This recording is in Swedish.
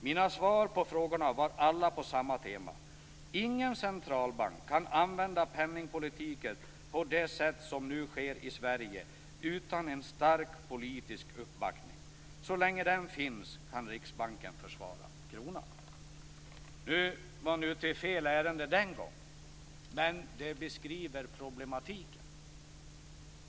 Mina svar på frågorna var alla på samma tema: ingen centralbank kan använda penningpolitiken på det sätt som nu sker i Sverige utan en stark politisk uppbackning. Så länge den finns kan Riksbanken försvara kronan." Nu var man ute i fel ärende den gången, men det beskriver problematiken.